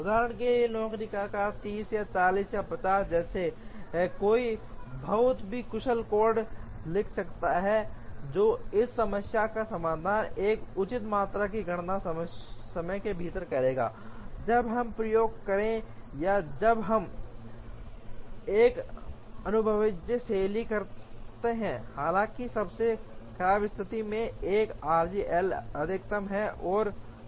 उदाहरण के लिए नौकरी का आकार 30 या 40 या 50 जैसा है कोई बहुत ही कुशल कोड लिख सकता है जो इस समस्या का समाधान एक उचित मात्रा में गणना समय के भीतर करेगा जब हम प्रयोग करें या जब हम एक अनुभवजन्य शैली करते हैं हालांकि सबसे खराब स्थिति में 1 आरजे एल अधिकतम है और जोर से